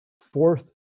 fourth